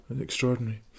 Extraordinary